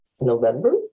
November